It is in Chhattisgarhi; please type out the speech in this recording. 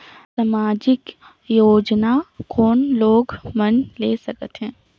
समाजिक योजना कोन लोग मन ले सकथे?